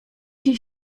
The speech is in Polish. się